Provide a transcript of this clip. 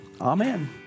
Amen